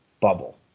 bubble